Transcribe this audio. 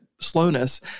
slowness